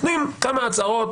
נותנים כמה הצהרות,